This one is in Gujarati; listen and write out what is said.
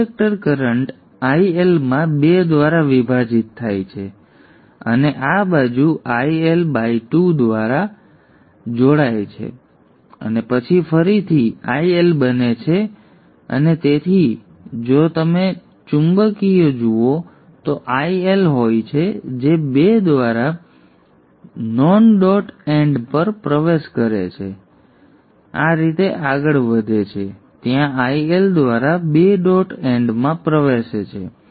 તેથી ઈન્ડક્ટર કરન્ટ IL માં 2 દ્વારા વિભાજિત થાય છે અને આ બાજુ IL બાય 2 દ્વારા આ બાજુ જોડાય છે અને પછી ફરીથી IL બને છે અને તેથી જો તમે ચુંબકીય જુઓ તો IL હોય છે જે 2 દ્વારા નોન ડોટ એન્ડ પર પ્રવેશ કરે છે અને આ રીતે આગળ વધે છે ત્યાં IL દ્વારા 2 ડોટ એન્ડમાં પ્રવેશે છે